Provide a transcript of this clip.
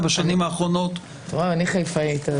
אני חיפאית.